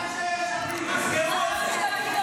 גם אנשי יש עתיד, תזכרו את זה.